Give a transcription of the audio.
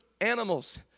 animals